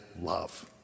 love